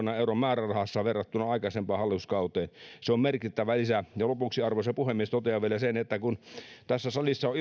miljoonan euron määrärahassa verrattuna aikaisempaan hallituskauteen se on merkittävä lisä lopuksi arvoisa puhemies totean vielä sen että kun tässä salissa on